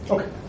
Okay